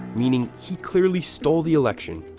meaning he clearly stole the election.